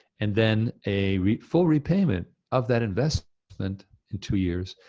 and then a full repayment of that investment and in two years,